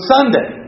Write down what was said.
Sunday